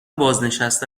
بازنشسته